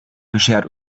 beschert